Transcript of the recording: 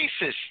racist